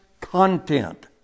content